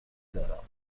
دارم